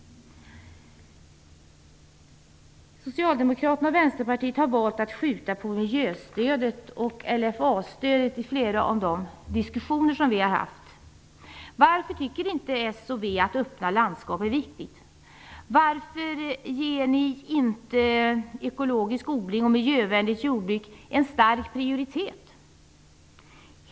Socialdemokraterna och Vänsterpartiet har i flera av de diskussioner vi har haft sagt att de valt att skjuta på miljöstödet och LFA-stödet. Varför tycker inte s och v att öppna landskap är viktigt? Varför ger ni inte ekologisk odling och miljövänligt jordbruk en stark prioritet?